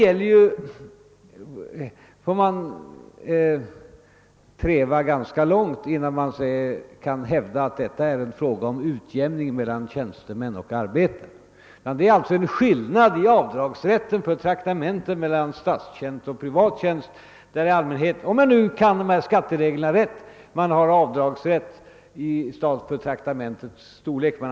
Men man får nog söka ganska länge innan man kan finna något som visar att det här är en fråga om utjämning mellan tjänstemän och arbetare. Det är en skillnad i avdragsrätten för traktamenten mellan människor i statlig och privat tjänst — om jag nu är rätt insatt i skattereglerna och där man har avdragsrätt i förhållande till bl.a. traktamentets storlek.